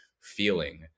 feeling